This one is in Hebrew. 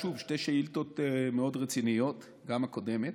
שוב, שתי שאילתות מאוד רציניות, גם הקודמת,